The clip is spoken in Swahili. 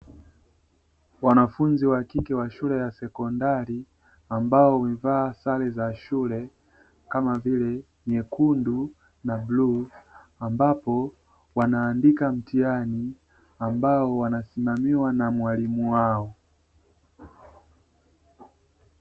Wanafunzi wa kike wa shule ya sekondari ambao huvaa za shule kama vile nyekundu na bluu ambapo wanaandika mtihani ambao wanasimamiwa na mwalimu wao.